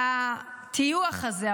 הטיוח הזה,